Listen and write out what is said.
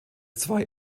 zwei